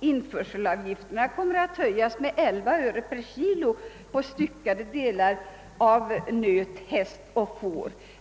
införselavgifterna kommer att höjas med 11 öre per kg för styckade delar av nöt, häst och får.